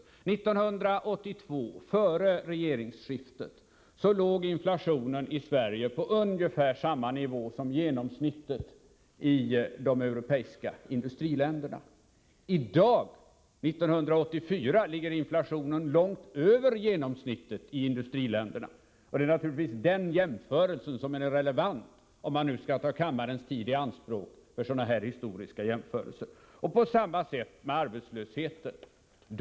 År 1982, före regeringsskiftet, låg den svenska inflationen på ungefär samma nivå som genomsnittsinflationen i de europeiska industriländerna. I dag, år 1984, ligger inflationen långt över genomsnittet i industriländerna. Det är naturligtvis den jämförelsen som är relevant i detta sammanhang - om nu kammarens tid skall tas i anspråk för historiska jämförelser. På samma sätt förhåller det sig med arbetslösheten.